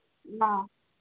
ꯑ